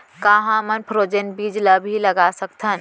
का हमन फ्रोजेन बीज ला भी लगा सकथन?